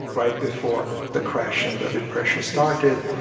right before the crash and the depression started.